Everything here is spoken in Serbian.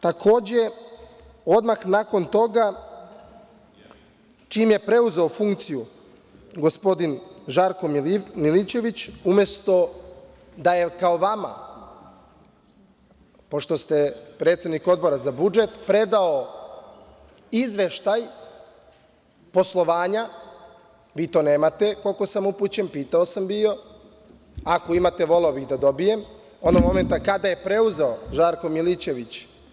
Takođe, odmah nakon toga čim je preuzeo funkciju gospodin Žarko Milićević, umesto da je kao vama, pošto ste predsednik Odbora za budžet predao izveštaj poslovanja, vi to nemate, koliko sam upućen, pitao sam bio, ako imate voleo bih da dobijem, onog momenta kada je preuzeo Žarko Milićević.